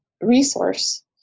resource